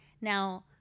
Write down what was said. Now